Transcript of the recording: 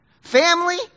Family